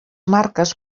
marques